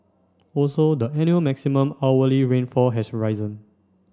also the annual maximum hourly rainfall has risen